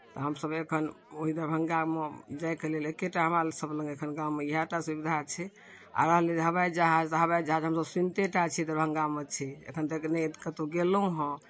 तऽ हमसभ एखन ओही दरभंगामे जायके लेल एकेटा हमरासभ लेल एखन गाममे इएह टा सुविधा छै आ रहलै हवाइजहाज हवाइजहाज हमसभ सुनिते टा छियै दरभंगामे छै एखन तक नहि कतहु गेलहुँ हँ